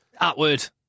Atwood